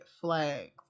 flags